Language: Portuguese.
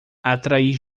atrair